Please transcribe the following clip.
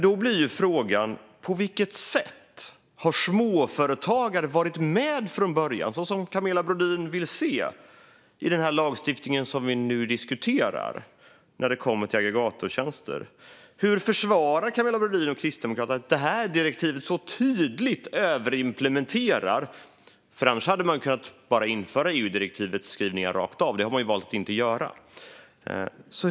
Då blir frågan: På vilket sätt har småföretagare varit med från början, så som Camilla Brodin vill se, i den lagstiftning som vi nu diskuterar när det kommer till aggregatortjänster? Hur försvarar Camilla Brodin och Kristdemokraterna att detta direktiv så tydligt överimplementeras? Annars hade man bara kunnat införa EU-direktivets skrivningar rakt av, men det har man valt att inte göra.